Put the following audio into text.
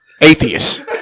Atheist